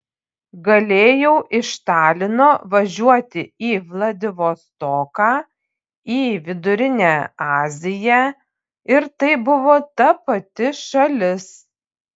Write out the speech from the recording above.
galėjau iš talino važiuoti į vladivostoką į vidurinę aziją ir tai buvo ta pati šalis